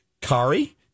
Kari